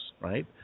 Right